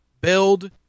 build